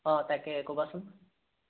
অঁ তাকে ক'বাচোন